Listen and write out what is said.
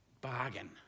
bargain